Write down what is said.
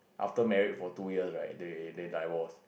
after married for two years right they they divorce